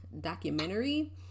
documentary